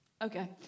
Okay